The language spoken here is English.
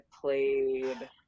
played